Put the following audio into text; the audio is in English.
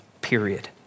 period